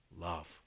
love